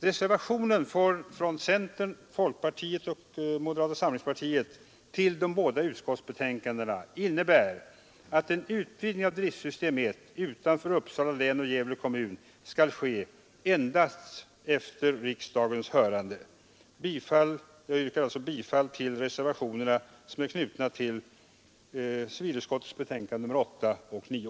Reservationen från centern, folkpartiet och moderata samlingspartiet till de båda utskottsbetänkandena innebär att en utvidgning av driftsystem 1 utanför Uppsala län och Gävle kommun skall få ske endast efter riksdagens hörande. Jag yrkar bifall till de reservationer som är knutna till civilutskottets betänkanden nr 8 och 9.